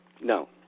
No